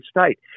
state